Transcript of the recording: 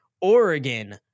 Oregon